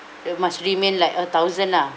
you must remain like a thousand lah